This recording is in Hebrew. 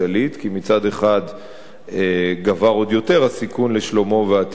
כי מצד אחד גבר עוד יותר הסיכון לשלומו ועתידו,